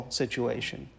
situation